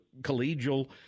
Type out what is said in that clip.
collegial –